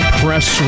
press